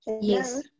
Yes